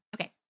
Okay